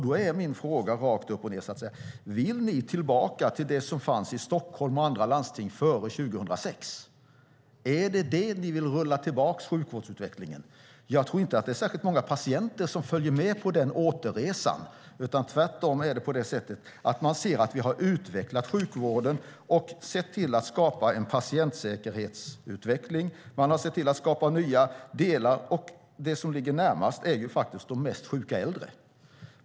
Då är min fråga: Vill ni tillbaka till hur det var i Stockholm och andra landsting före 2006? Är det dit ni vill rulla tillbaka sjukvårdsutvecklingen? Jag tror inte att särskilt många patienter vill följa med på den återresan, utan tvärtom ser man att vi har utvecklat sjukvården och skapat en patientsäkerhetsutveckling. Det som ligger närmast är de mest sjuka äldre.